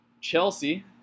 Chelsea